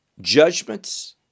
judgments